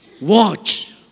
Watch